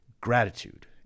gratitude